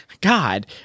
God